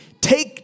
take